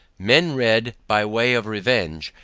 men read by way of revenge.